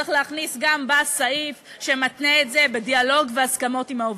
צריך להכניס גם בה סעיף שמתנה את זה בדיאלוג והסכמות עם העובדים.